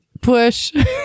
Push